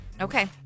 Okay